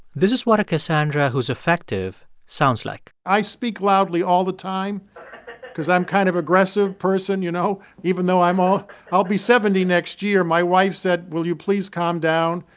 this is what a cassandra who's effective sounds like i speak loudly all the time because i'm kind of aggressive person, you know. even though i'm i'll be seventy next year. my wife said, will you please calm down?